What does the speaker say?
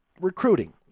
Recruiting